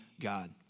God